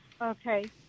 Okay